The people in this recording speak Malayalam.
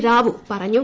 റാവു പറഞ്ഞു